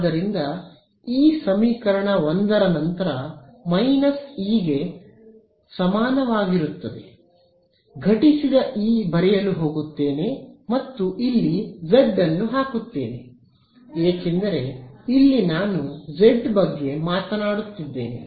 ಆದ್ದರಿಂದ ಈ ಸಮೀಕರಣ 1 ನಂತರ ಮೈನಸ್ E ಗೆ ಸಮಾನವಾಗಿರುತ್ತದೆ ಘಟಿಸಿದ ಇ ಬರೆಯಲು ಹೋಗುತ್ತೇನೆ ಮತ್ತು ಇಲ್ಲಿ z ಅನ್ನು ಹಾಕುತ್ತೇನೆ ಏಕೆಂದರೆ ಇಲ್ಲಿ ನಾನು ಜೆಡ್ ಬಗ್ಗೆ ಮಾತನಾಡುತ್ತಿದ್ದೇನೆ